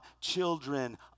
children